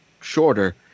shorter